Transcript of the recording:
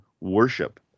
worship